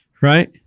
right